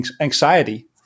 anxiety